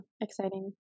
Exciting